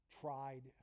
tried